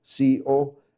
CO